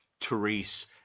Therese